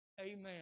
Amen